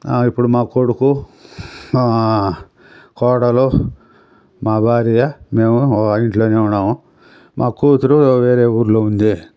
ఇప్పుడు మా కొడుకు కోడలు మా భార్య మేము ఓ ఇంట్లోనే ఉన్నాము మా కూతురు వేరే ఊరిలో ఉంది